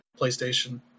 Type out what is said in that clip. PlayStation